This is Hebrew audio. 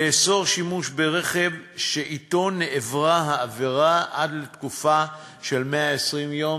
לאסור שימוש ברכב שאתו נעברה העבירה עד לתקופה של 120 יום,